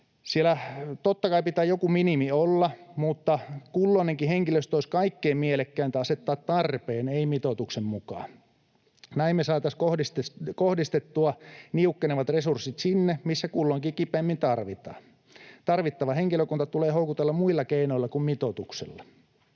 Siellä totta kai pitää joku minimi olla, mutta kulloinenkin henkilöstö olisi kaikkein mielekkäintä asettaa tarpeen, ei mitoituksen, mukaan. Näin me saataisiin kohdistettua niukkenevat resurssit sinne, missä kulloinkin kipeimmin tarvitaan. Tarvittava henkilökunta tulee houkutella muilla keinoilla kuin mitoituksella.